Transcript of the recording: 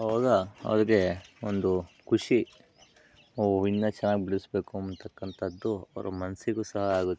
ಅವಾಗ ಅವರಿಗೆ ಒಂದು ಖುಷಿ ಓಹ್ ಇನ್ನೂ ಚೆನ್ನಾಗಿ ಬಿಡಿಸ್ಬೇಕು ಅಂಥಕ್ಕಂಥದ್ದು ಅವರ ಮನಸ್ಸಿಗೂ ಸಹ ಆಗುತ್ತೆ